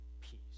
peace